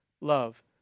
love